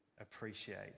appreciate